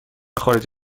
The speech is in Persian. خارج